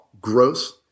Gross